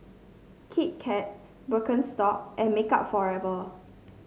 Kit Kat Birkenstock and Makeup Forever